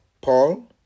Paul